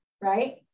right